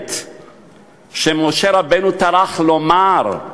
המיוחדת שמשה רבנו טרח לומר: